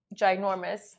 ginormous